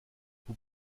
vous